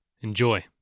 Enjoy